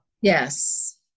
Yes